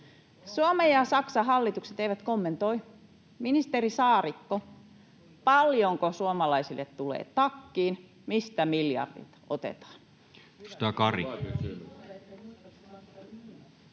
Suomen ja Saksan hallitukset eivät kommentoi. Ministeri Saarikko, paljonko suomalaisille tulee takkiin? Mistä miljardit otetaan?